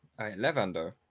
Levando